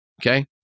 Okay